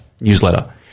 newsletter